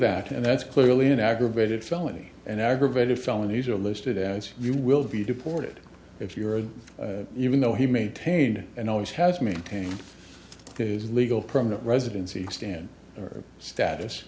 that and that's clearly an aggravated felony and aggravated felonies are listed as you will be deported if you're even though he maintained and always has maintained his legal permanent residency stand status